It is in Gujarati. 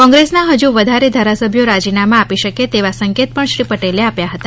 કોંગ્રેસના હજુ વધારે ધારાસભ્યો રાજીનામાં આપી શકે તેવા સંકેત પણ શ્રી પટેલે આપ્યા હતા